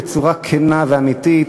בצורה כנה ואמיתית,